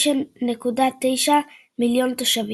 9.9 מיליון תושבים.